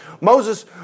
Moses